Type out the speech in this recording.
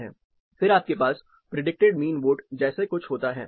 फिर आपके पास प्रिडिक्टेड मीन वोट जैसे कुछ होता हैं